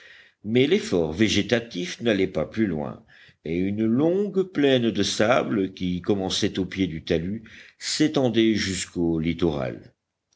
mais l'effort végétatif n'allait pas plus loin et une longue plaine de sables qui commençait au pied du talus s'étendait jusqu'au littoral